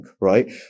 right